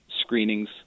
screenings